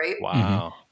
Wow